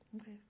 Okay